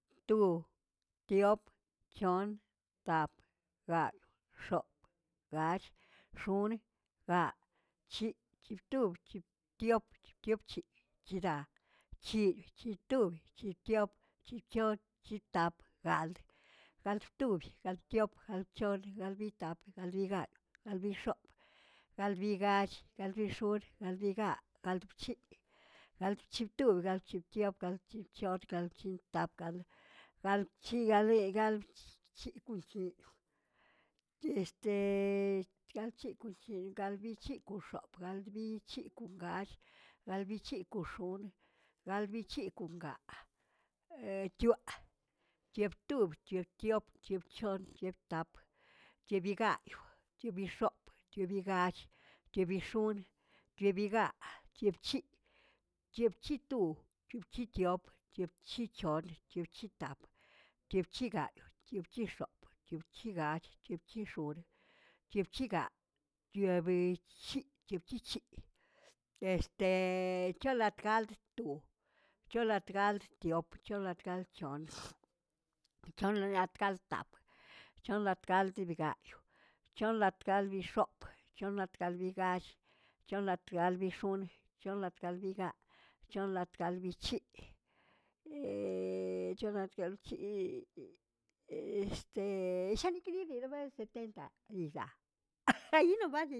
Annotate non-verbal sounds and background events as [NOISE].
Tu, diop, c̱hon, tap, gayꞌ, x̱op, gall, x̱onꞌi, gaꞌa, chi, chib tubr, chib diop, chiop chidaꞌ, chi chi tu, chi diop, chi chon, chi tap, gald, gald tub, gald tiup, gald chion, galdbi tap, galdbi gayꞌ galdbi x̱op, galdbi gall, galdbi ̱xonꞌ, galdbi gaꞌa, galdbi chi, gald chitiub, gald chidiop, gald chichon, gald chitap, gal- galchigayie, [UNINTELLIGIBLE] este [UNINTELLIGIBLE] galbichi kon x̱op, galbichi kon gall, galbichi kon x̱onꞌ, galbichi kon gaꞌ, [HESITATION] c̱hyoaꞌ, c̱hyoaꞌbtiub, c̱hyoaꞌdiop, chyoa'chon c̱hyoaꞌtap, c̱hibigayꞌ, c̱hibix̱op, c̱hibigall, c̱hibix̱onꞌ, c̱hibigaꞌ, c̱hibc̱hiꞌ, c̱hibchitu, chibchidiop, c̱hibchichon, chibchitap, chibchigayꞌ, chibchix̱op, chibchigall, chibchix̱onꞌ, chibchiga, chibe- chib- chibchichiꞌ, cholagalt to, cholagaltdiop, cholagaltchion, cholagalttap, cholagaltgayꞌ, cholagaltx̱op, cholagaltgall, cholagaltbix̱onꞌ, cholagaltbigaꞌ, cholagaltbichiꞌ, [HESITATION] shanikbilbi setenta ldaꞌ [LAUGHS] allí nomas.